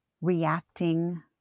reacting